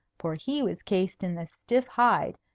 for he was cased in the stiff hide,